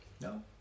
No